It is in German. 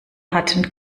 hatten